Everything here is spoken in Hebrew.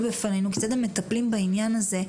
בפנינו כיצד הם מטפלים בעניין הזה,